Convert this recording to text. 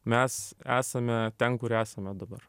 mes esame ten kur esame dabar